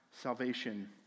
salvation